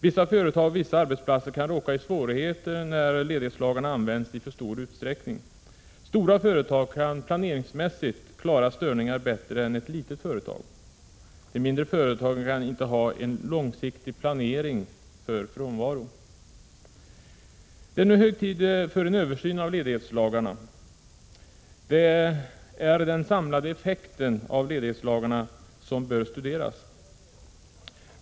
Vissa företag och vissa arbetsplatser kan råka i svårigheter när ledighetslagarna används i för stor utsträckning. Stora företag kan planeringsmässigt klara störningar bättre än ett litet företag. De mindre företagen kan inte ha en långsiktig planering för frånvaro. Det är nu hög tid för en översyn av ledighetslagarna. Det är den samlade effekten av ledighetslagarna som bör studeras.